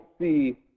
see